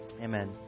Amen